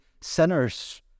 sinners